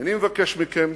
אני אינני מבקש מכם